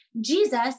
Jesus